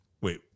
Wait